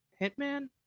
hitman